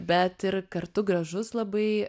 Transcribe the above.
bet ir kartu gražus labai